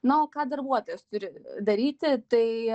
na o ką darbuotojas turi daryti tai